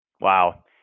Wow